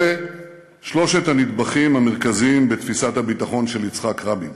אלה שלושת הנדבכים המרכזיים בתפיסת הביטחון של יצחק רבין: